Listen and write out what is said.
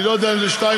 אני לא יודע אם זה 2,